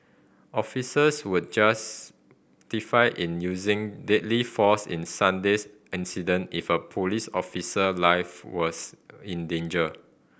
officers would justified in using deadly force in Sunday's incident if a police officer life was in danger